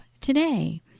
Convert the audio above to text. Today